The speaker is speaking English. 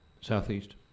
South-east